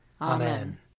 Amen